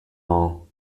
all